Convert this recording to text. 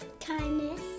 kindness